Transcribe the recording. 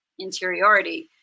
interiority